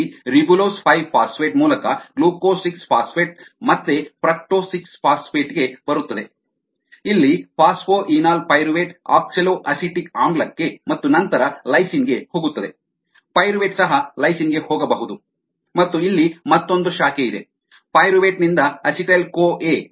ಇಲ್ಲಿ ribulose 5 phosphate ಮೂಲಕ glucose 6 phosphate ಮತ್ತೆ ಫ್ರಕ್ಟೋಸ್ 6 ಫಾಸ್ಫೇಟ್ಗೆ ಬರುತ್ತದೆ ಇಲ್ಲಿ ಫಾಸ್ಫೊಯೆನಾಲ್ ಪೈರುವೇಟ್ ಆಕ್ಸಲೋಅಸೆಟಿಕ್ ಆಮ್ಲಕ್ಕೆ ಮತ್ತು ನಂತರ ಲೈಸಿನ್ ಗೆ ಹೋಗುತ್ತದೆ ಪೈರುವೇಟ್ ಸಹ ಲೈಸಿನ್ ಗೆ ಹೋಗಬಹುದು ಮತ್ತು ಇಲ್ಲಿ ಮತ್ತೊಂದು ಶಾಖೆ ಇದೆ ಪೈರುವೇಟ್ ನಿಂದ ಅಸಿಟೈಲ್ ಕೋ ಎ